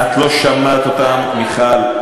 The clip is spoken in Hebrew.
את לא שמעת אותם, מיכל.